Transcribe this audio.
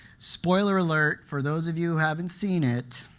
spoiler alert for those of you haven't seen it,